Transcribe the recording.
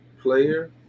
player